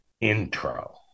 intro